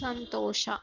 ಸಂತೋಷ